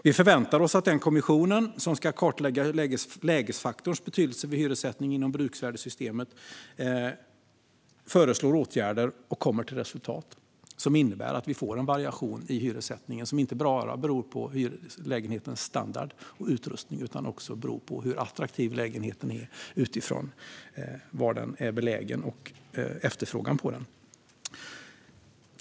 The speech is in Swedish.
Vi förväntar oss att den kommission som ska kartlägga lägesfaktorns betydelse vid hyressättning inom bruksvärdessystemet föreslår åtgärder och kommer till resultat som innebär att vi får en variation i hyressättningen som inte bara beror på lägenhetens standard och utrustning utan också på hur attraktiv lägenheten är utifrån var den är belägen och efterfrågan på den.